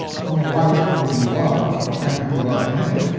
from the wife whom he loved and who loved him,